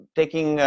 taking